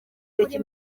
kuri